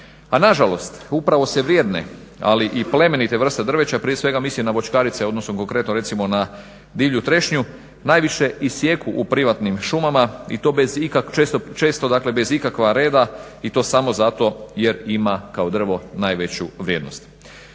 Pa nažalost upravo se vrijedne, ali i plemenite vrste drveća prije svega mislim na voćkarice, odnosno konkretno recimo na divlju trešnju, najviše isjeku u privatnim šumama i to često bez ikakva reda i to samo zato jer ima kao drvo najveću vrijednost.